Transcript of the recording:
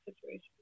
situation